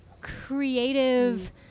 creative